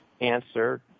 answer